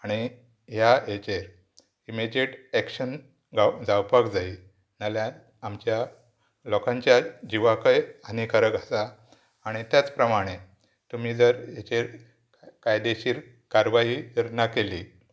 आनी ह्या हेचेर इमिजिएट एक्शन गाव जावपाक जाय नाल्यार आमच्या लोकांच्या जिवाकय हानिकारक आसा आनी त्याच प्रमाणे तुमी जर हेचेर कायदेशीर कारवाही जर ना केली